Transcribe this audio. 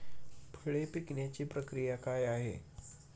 फळे पिकण्याची प्रक्रिया काय आहे?